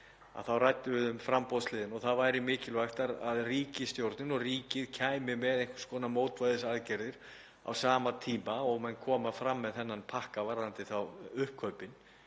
við ræddum um framboðshliðina og að það væri mikilvægt að ríkisstjórnin og ríkið kæmi með einhvers konar mótvægisaðgerðir á sama tíma og menn kæmu fram með þennan pakka varðandi uppkaupin.